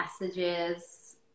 messages